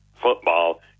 football